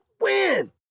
win